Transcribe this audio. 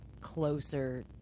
closer